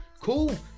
cool